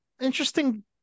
Interesting